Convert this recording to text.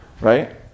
right